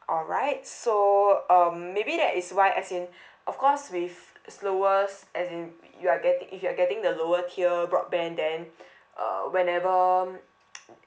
alright so um maybe that is why as in of course with slowest as in you are getting if you're getting the lower tier broadband then uh whenever